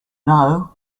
know